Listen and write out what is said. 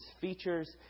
features